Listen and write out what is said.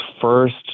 first